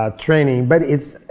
ah training, but it's,